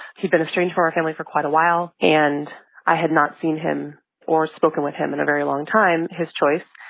he's been estranged from our family for quite a while, and i had not seen him or spoken with him in a very long time his choice.